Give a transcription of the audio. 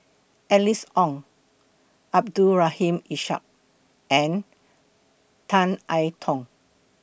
Alice Ong Abdul Rahim Ishak and Tan I Tong